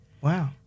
Wow